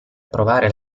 approvare